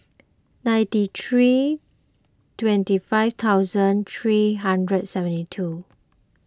ninety three twenty five thousand three hundred seventy two